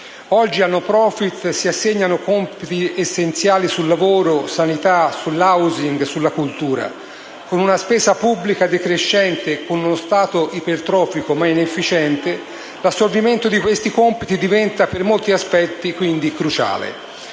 Oggi al *no profit* si assegnano compiti essenziali sul lavoro, la sanità, l'*housing* e la cultura. Con una spesa pubblica decrescente e con uno Stato ipertrofico ma inefficiente, l'assolvimento di questi compiti diventa per molti aspetti cruciale.